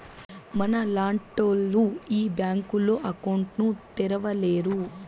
మనలాంటోళ్లు ఈ బ్యాంకులో అకౌంట్ ను తెరవలేరు